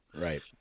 Right